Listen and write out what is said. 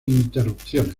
interrupciones